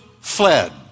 fled